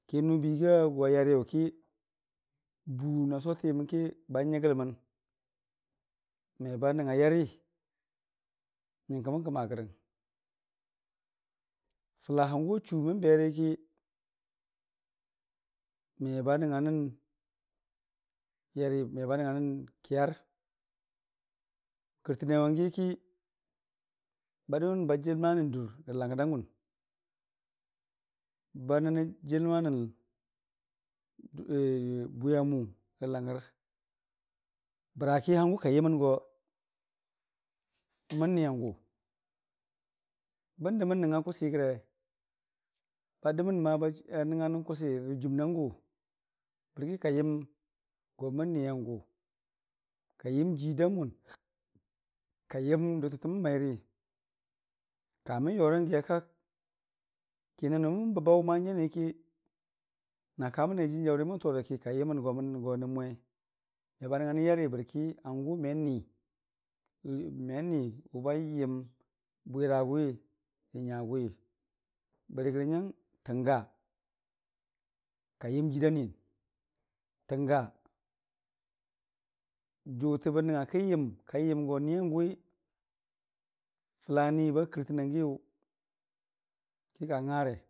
Ki nʊbə gəgii agwa yariyʊki buu na n'sotən yəmki ba nyəgəlməm meba nəngnga yari nyəngkə məm kəma rəgəng. Fəla hangʊ achumən beriki me ba nəngnganən yari meba nəngnganən kiyar, kɨrtəne wangi yʊki ba dəməmba jəlmanən durrə langngərdangʊn, ba nanii a jəlmanən ɨbwi amʊ ra langngər bʊraki hangʊ ka yəməngo mən niyongʊ bən dəmən n'nəngnga kʊsi gəre, bə dəmən a nəngnga nən kʊsirə juumnəngʊ bərki ka yəmgo mən niyangʊ kayəm jiir damʊn kayəm dʊtətəmən mairi kamən yoran giya kak, ki nənʊmən bəbaʊ nyəniki na kamən ne jənii jaʊri mən torəki kayəmən go nən mwe meba nəngnga nən yari bənə hangʊ menni men n'ni wʊba yəm bwiragʊwi rə nyagʊwi bʊrigərə nyang tənga ka yəm jiirda niyən tənga jʊtə bən nəngnga kə n'yəm ka yəm go n'niyən gʊwi, fʊla niba kɨrtənangiyʊ ka dəmən.